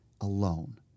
alone